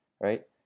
right